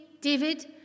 David